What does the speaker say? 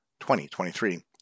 2023